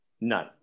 None